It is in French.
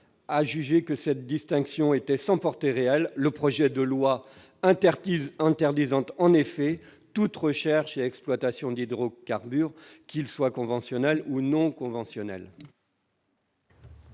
a jugé que cette distinction était sans portée réelle, le projet de loi interdisant en effet toute recherche et exploitation d'hydrocarbures conventionnels et non conventionnels.